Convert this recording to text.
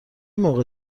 موقع